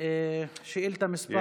שאילתה מס'